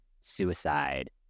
suicide